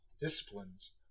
disciplines